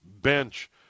bench